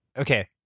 okay